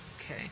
okay